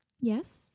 Yes